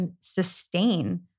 sustain